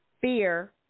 Fear